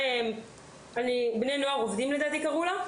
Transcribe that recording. "בני נוער עובדים".